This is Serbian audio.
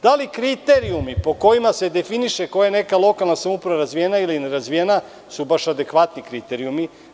Da li kriterijumi po kojima se definiše ko je neka lokalna uprava razvijena ili nerazvijena, su baš adekvatni kriterijumi.